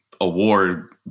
award